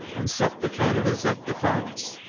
and set the canadas at defiance.